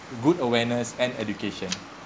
good awareness and education